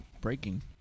Breaking